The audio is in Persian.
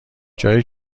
جایی